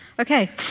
okay